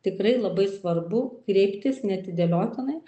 tikrai labai svarbu kreiptis neatidėliotinai